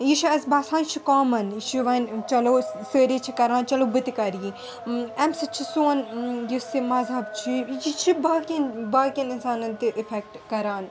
یہِ چھُ اَسہِ آسان یہِ چھِ کامَن یہِ چھِ وۅنۍ چلوسٲرِی چھِ کران چلو بہٕ تہِ کَرٕ یِی اَمہِ سٟتۍ چھِ سون یُس یہِ مَذہَب چھُ یہِ چھُ باقِیَن باقِیَن اِنسانَن تہِ اِیٚفِؠکٹ کران